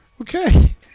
Okay